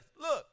look